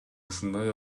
ушундай